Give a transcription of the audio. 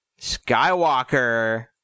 Skywalker